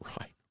right